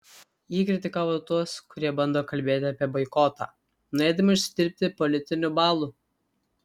ji kritikavo tuos kurie bando kalbėti apie boikotą norėdami užsidirbti politinių balų